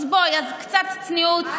אז בואי, קצת צניעות.